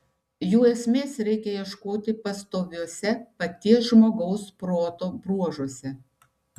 jų esmės reikia ieškoti pastoviuose paties žmogaus proto bruožuose